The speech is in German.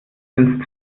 ins